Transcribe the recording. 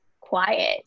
quiet